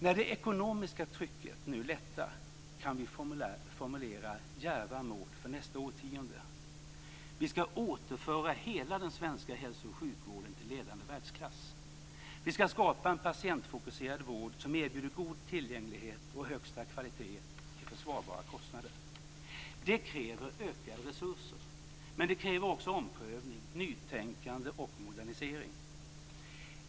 När det ekonomiska trycket nu lättar kan vi formulera djärva mål för nästa årtionde: · Vi ska återföra hela den svenska hälso och sjukvården till ledande världsklass. · Vi ska skapa en patientfokuserad vård som erbjuder god tillgänglighet och högsta kvalitet till försvarbara kostnader. Det kräver ökade resurser, men det kräver också omprövning, nytänkande och modernisering.